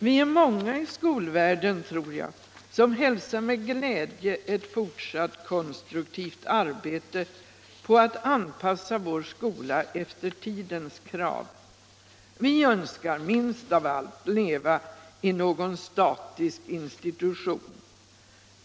Vi är många inom skolvärlden, tror jag, som med glädje hälsar ett fortsatt konstruktivt arbete på att anpassa vår skola till tidens krav. Vi önskar minst av allt leva i någon museal institution.